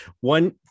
one